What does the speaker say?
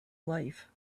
life